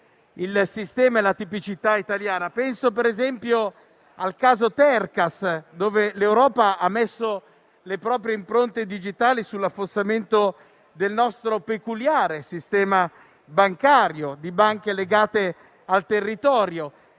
il sistema e la tipicità italiana. Penso ad esempio al caso Tercas: qui l'Europa ha messo le proprie impronte digitali sull'affossamento del nostro peculiare sistema bancario, quello di banche legate al territorio,